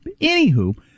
Anywho